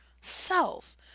self